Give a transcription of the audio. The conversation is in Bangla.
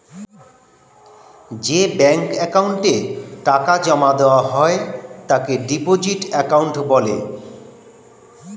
যে ব্যাঙ্ক অ্যাকাউন্টে টাকা জমা দেওয়া হয় তাকে ডিপোজিট অ্যাকাউন্ট বলে